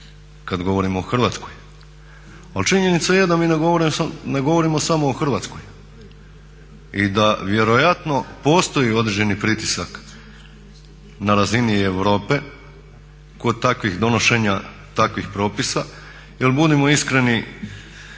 kad govorimo o Hrvatskoj. Ali činjenica da mi ne govorimo samo o Hrvatskoj i da vjerojatno postoji određeni pritisak na razini Europe kod takvih donošenja takvih propisa. Jer budimo iskreni,